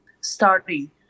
starting